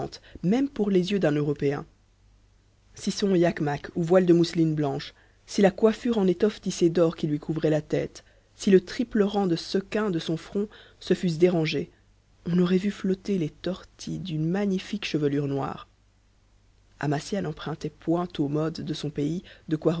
même pour les yeux d'un européen si son iachmak ou voile de mousseline blanche si la coiffure en étoffe tissée d'or qui lui couvrait la tête si le triple rang de sequins de son front se fussent dérangés on aurait vu flotter les tortils d'une magnifique chevelure noire amasia n'empruntait point aux modes de son pays de quoi